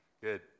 Good